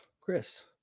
Chris